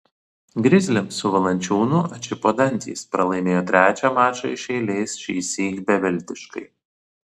grizliams su valančiūnu atšipo dantys pralaimėjo trečią mačą iš eilės šįsyk beviltiškai